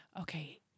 okay